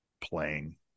playing